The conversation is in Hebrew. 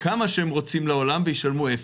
כמה שהם רוצים וישלמו אפס.